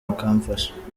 akamfasha